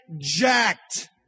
jacked